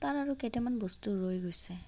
তাৰো আৰু কেইটামান বস্তু ৰৈ গৈছে